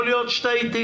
יכול להיות שטעיתי,